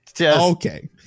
Okay